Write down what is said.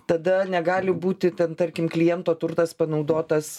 tada negali būti ten tarkim kliento turtas panaudotas